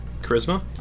Charisma